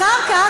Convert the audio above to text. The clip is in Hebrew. אחר כך,